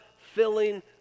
filling